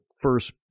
first